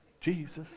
Jesus